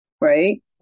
right